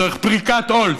צריך פריקת עול,